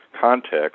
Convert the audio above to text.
context